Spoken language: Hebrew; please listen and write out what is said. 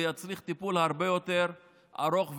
ויצריך טיפול הרבה יותר ארוך וממושך.